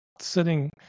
sitting